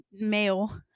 male